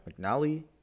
McNally